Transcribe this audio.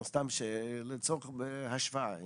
לא, סתם לצורך בהשוואה.